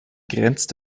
grenzt